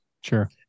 Sure